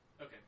Okay